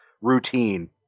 routine